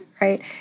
right